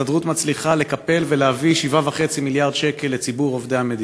ההסתדרות מצליחה לקפל ולהביא 7.5 מיליארד שקל לציבור עובדי המדינה.